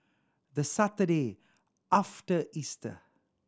the Saturday after Easter